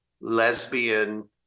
lesbian